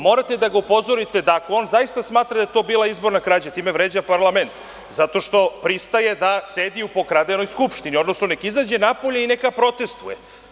Morate da ga upozorite da ako on zaista smatra da je to bila izborna krađa, time vređa parlament, zato što pristaje da sedi u pokradenoj Skupštini, odnosno neka izađe napolje i neka protestvuje.